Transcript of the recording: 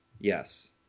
Yes